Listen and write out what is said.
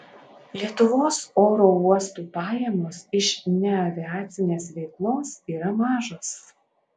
lietuvos oro uostų pajamos iš neaviacinės veiklos yra mažos